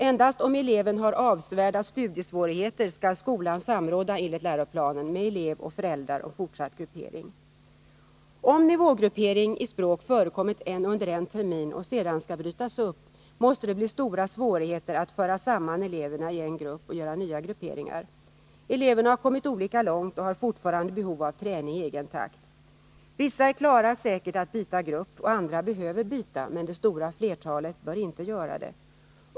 Endast om eleven har avsevärda studiesvårigheter skall skolan samråda enligt läroplanen med elev och föräldrar om fortsatt gruppering. Om nivågruppering i språk förekommit under en termin och sedan skall brytas upp måste det bli stora svårigheter att föra samman eleverna i en grupp och göra nya grupperingar. Eleverna har kommit olika långt och har fortfarande behov av träning i egen takt. Vissa elever klarar säkert av att byta grupp och andra behöver byta, men det stora flertalet bör inte göra det.